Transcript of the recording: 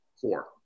Four